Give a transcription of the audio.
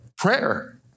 Prayer